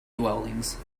dwellings